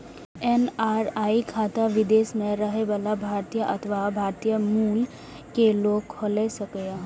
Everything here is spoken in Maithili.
एन.आर.आई खाता विदेश मे रहै बला भारतीय अथवा भारतीय मूल के लोग खोला सकैए